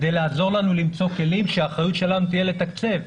כדי לעזור לנו למצוא כלים שהאחריות שלנו תהיה לתקצב.